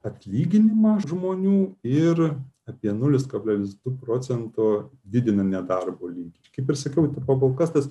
atlyginimą žmonių ir apie nulis kablelis du procento didina nedarbo lygį kaip ir sakiau pakol kas tas